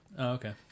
okay